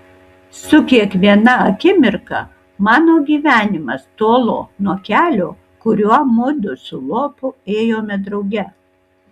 su kiekviena akimirka mano gyvenimas tolo nuo kelio kuriuo mudu su lopu ėjome drauge